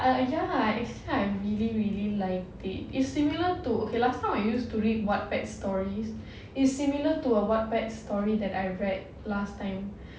uh ya actually really really liked it it's similar to okay last time I used to read Wattpad stories is similar to a Wattpad story that I read last time